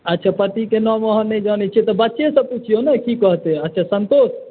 अच्छा पतिके नाम अहाँ नहि जनै छियै तऽ बच्चेसँ पूछियौ ने की कहतै सन्तोष